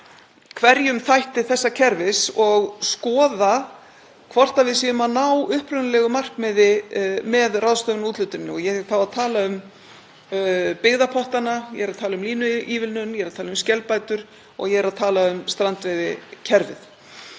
hverjum þætti þessa kerfis og skoða hvort við munum ná upprunalegu markmiði með ráðstöfunarúthlutuninni. Ég er þá að tala um byggðapottana, ég er að tala um línuívilnun, skelbætur og ég er að tala um strandveiðikerfið.